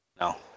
No